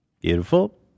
Beautiful